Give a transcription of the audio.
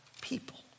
people